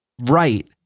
right